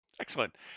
Excellent